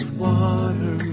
water